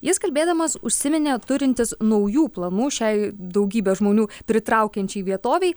jis kalbėdamas užsiminė turintis naujų planų šiai daugybę žmonių pritraukiančiai vietovei